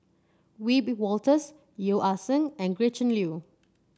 Wiebe Wolters Yeo Ah Seng and Gretchen Liu